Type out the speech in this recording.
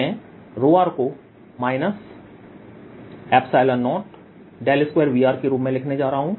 मैं r को 02Vr के रूप में लिखने जा रहा हूं